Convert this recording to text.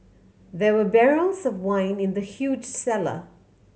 there were barrels of wine in the huge cellar